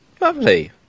lovely